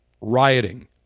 rioting